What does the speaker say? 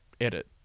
edit